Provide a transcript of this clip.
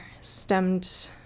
stemmed